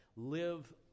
Live